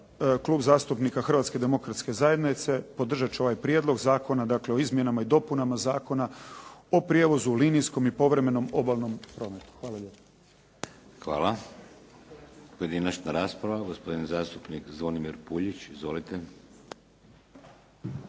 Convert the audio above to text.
Klub zastupnika Hrvatske demokratske zajednice podržat će ovaj Prijedlog zakona o izmjenama i dopunama Zakona o prijevozu u linijskom i povremenom obalnom prometu. Hvala lijepo. **Šeks, Vladimir (HDZ)** Hvala. Pojedinačna rasprava. Gospodin zastupnik Zvonimir Puljić. Izvolite.